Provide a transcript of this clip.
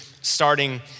starting